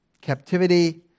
Captivity